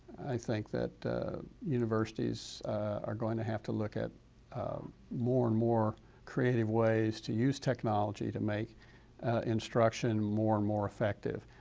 i think that universities are going to have to look at more and more creative ways to use technology to make instruction more and more effective,